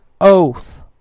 oath